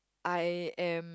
I am